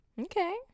Okay